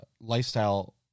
lifestyle